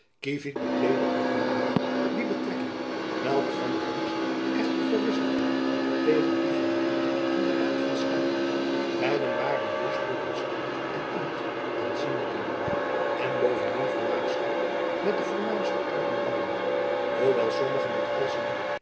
kievit bekleedde ook nu nog die betrekking welke van der horst echter verwisseld had tegen die van lid van den raad van state beiden waren dus door hun stand en ambt aanzienlijke lieden en bovendien vermaagschapt met de voornaamsten uit den lande hoewel sommigen het als een